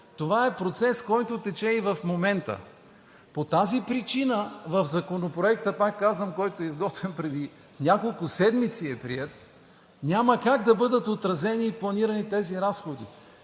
Това е процес, който тече и в момента. По тази причина в Законопроекта, пак казвам, който е изготвен и преди няколко седмици е приет, няма как да бъдат отразени и планирани тези разходи.